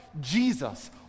Jesus